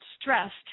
stressed